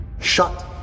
Shut